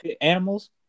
animals